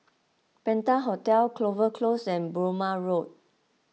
Penta Hotel Clover Close and Burmah Road